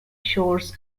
shores